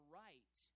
right